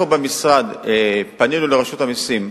אנחנו במשרד פנינו לרשות המסים,